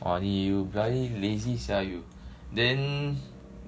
!wah! you bloody lazy sia you then